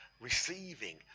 receiving